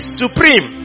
supreme